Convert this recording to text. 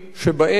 שבהן,